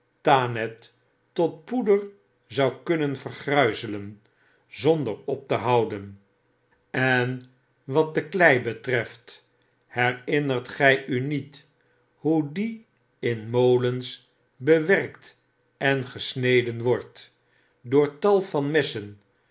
thanet tot poeder zou kunnen vergruizelen zonder op te houden en wat de klei betreft herinnert gij u niet hoe die in molens bewerkt en gesneden wordt door tal van messen